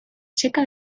checa